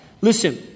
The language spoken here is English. Listen